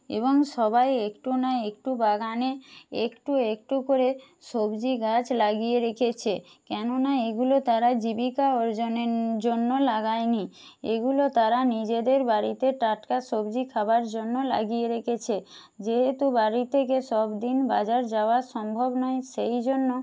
এবং সবাই একটু না একটু বাগানে একটু একটু করে সবজি গাছ লাগিয়ে রেখেছে কেননা এগুলো তারা জীবিকা অর্জনের জন্য লাগায়নি এগুলো তারা নিজেদের বাড়িতে টাটকা সবজি খাবার জন্য লাগিয়ে রেখেছে যেহেতু বাড়ি থেকে সব দিন বাজার যাওয়া সম্ভব নয় সেই জন্য